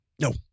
No